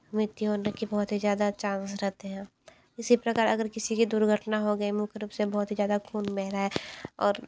मृत्यु होने की बहुत ही ज़्यादा चान्स रहते हैं इसी प्रकार अगर किसी की दुर्घटना हो गई मुख्य रूप से बहुत ही ज़्यादा खून बह रहा है और